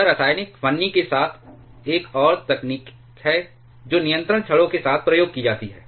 यह रासायनिक फन्नी के साथ एक और तकनीक है जो नियंत्रण छड़ों के साथ प्रयोग की जाती है